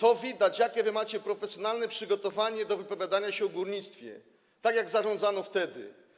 I widać, jakie macie profesjonalne przygotowanie do wypowiadania się o górnictwie - tak jak zarządzano wtedy.